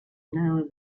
knew